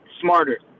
smarter